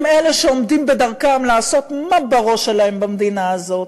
הם אלה שעומדים בדרכם לעשות מה בראש שלהם במדינה הזאת.